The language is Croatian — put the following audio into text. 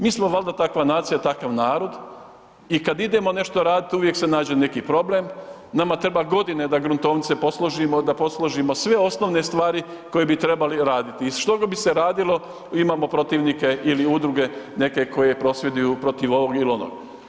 Mi smo valjda takva nacija, takav narod i kad idemo nešto raditi, uvijek se nađe neki problem, nama treba godinama da gruntovnice posložimo, da posložimo sve osnovne stvari koje bi trebali raditi i što god bi se radilo, imamo protivnike ili udruge neke koje prosvjeduju protiv ovog ili onog.